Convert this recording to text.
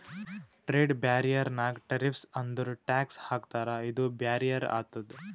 trade barrier ನಾಗ್ tariffs ಅಂದುರ್ tax ಹಾಕ್ತಾರ ಇದು ಬ್ಯಾರಿಯರ್ ಆತುದ್